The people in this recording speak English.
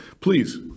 please